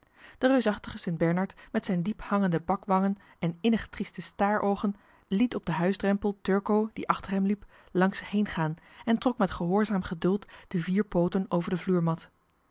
de reusachtige sint bernard met zijn diephangende bakwangen en innig trieste staaroogen liet op den huisdrempel turco die achter hem liep langs zich heen gaan en trok met gehoorzaam geduld de vier pooten over de vloermat